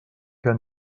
que